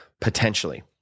potentially